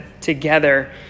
together